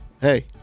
Hey